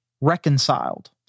reconciled